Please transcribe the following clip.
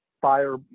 Fire